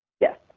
yes